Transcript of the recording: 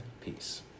peace